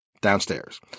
downstairs